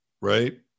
right